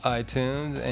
iTunes